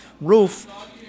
roof